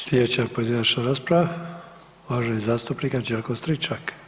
Sljedeća pojedinačna rasprava uvaženi zastupnik Anđelko Stričak.